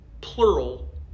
plural